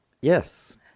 yes